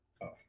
tough